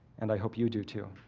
and i hope you do too.